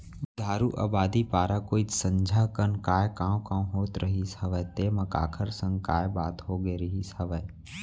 बुधारू अबादी पारा कोइत संझा कन काय कॉंव कॉंव होत रहिस हवय तेंमा काखर संग काय बात होगे रिहिस हवय?